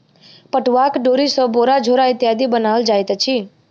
पटुआक डोरी सॅ बोरा झोरा इत्यादि बनाओल जाइत अछि